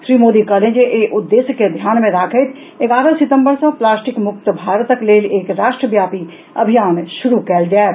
श्री मोदी कहलनि जे एहि उद्देश्य के ध्यान मे राखैत एगारह सितंबर सॅ प्लास्टिक मुक्त भारतक लेल एक राष्ट्र व्यापी अभियान शुरू कयल जायत